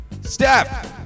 Step